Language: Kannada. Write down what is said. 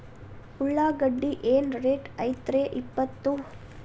ಉಳ್ಳಾಗಡ್ಡಿ ಏನ್ ರೇಟ್ ಐತ್ರೇ ಇಪ್ಪತ್ತು?